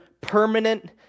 permanent